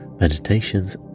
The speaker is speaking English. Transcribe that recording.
meditations